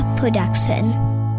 production